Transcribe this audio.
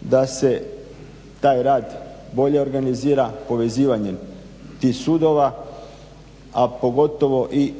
da se taj rad bolje organizira povezivanjem tih sudova, a pogotovo i